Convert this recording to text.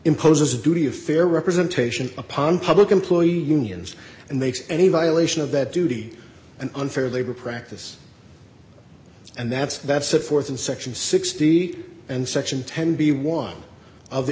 imposes a duty of fair representation upon public employee unions and makes any violation of that duty an unfair labor practice and that's that's set forth in section sixty and section ten b one of the